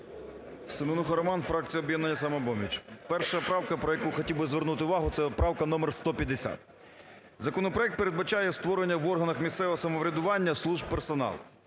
Семенуха Роман, фракція "Об'єднання "Самопоміч". Перша правка, про яку хотів би звернути увагу, це правка номер 150. Законопроект передбачає створення в органах місцевого самоврядування служб персоналу.